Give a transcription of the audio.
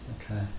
Okay